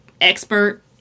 expert